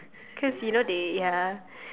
cause you know they ya